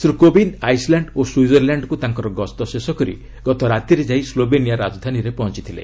Shri Kovind Iceland ଓ ସ୍ୱିଜର୍ଲ୍ୟାଣ୍ଡ୍କୁ ତାଙ୍କର ଗସ୍ତ ଶେଷ କରି ଗତ ରାତିରେ ଯାଇ ସ୍ଲୋବେନିଆ ରାଜଧାନୀରେ ପହଞ୍ଚଥିଲେ